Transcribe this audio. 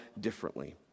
differently